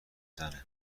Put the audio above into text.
زنه